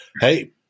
Hey